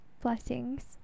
blessings